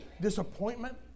disappointment